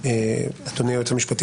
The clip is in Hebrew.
אדוני היועץ המשפטי,